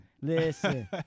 Listen